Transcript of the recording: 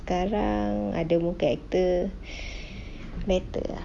sekarang ada muka actor better ah